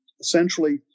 essentially